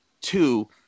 Two